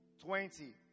Twenty